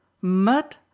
mud